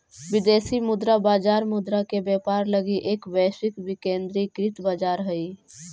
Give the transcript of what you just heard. विदेशी मुद्रा बाजार मुद्रा के व्यापार लगी एक वैश्विक विकेंद्रीकृत बाजार हइ